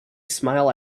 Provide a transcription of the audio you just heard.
smile